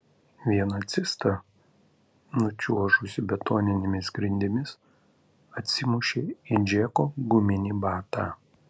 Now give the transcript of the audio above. viena cista nučiuožusi betoninėmis grindimis atsimušė į džeko guminį batą